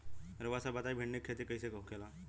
रउआ सभ बताई भिंडी क खेती कईसे होखेला?